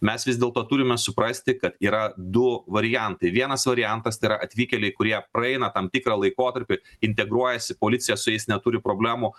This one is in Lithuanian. mes vis dėlto turime suprasti kad yra du variantai vienas variantas tai yra atvykėliai kurie praeina tam tikrą laikotarpį integruojasi policija su jais neturi problemų